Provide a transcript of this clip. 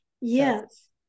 Yes